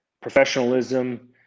professionalism